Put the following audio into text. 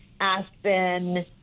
Aspen